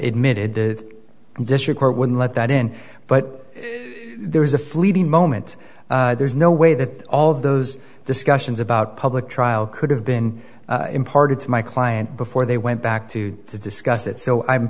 admitted the district court would let that in but there was a fleeting moment there's no way that all of those discussions about public trial could have been imparted to my client before they went back to to discuss it so i'm